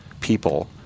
people